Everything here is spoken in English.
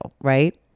right